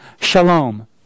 shalom